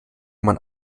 man